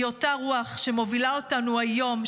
היא אותה הרוח שמובילה אותנו היום,